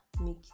make